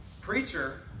preacher